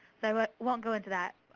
so ah won't go into that,